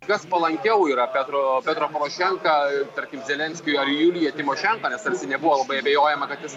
kas palankiau yra petro petro porošenka tarkim zelenskiui ar julija tymošenko nes tarsi nebuvo labai abejojama kad jis